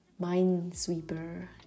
Minesweeper